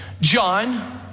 John